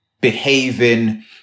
behaving